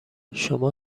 شما